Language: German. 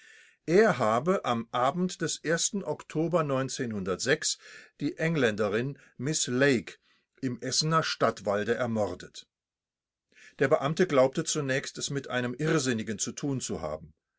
er habe am abend des oktober die engländerin miß lake im essener stadtwalde ermordet der beamte glaubte zunächst es mit einem irrsinnigen zu tun zu haben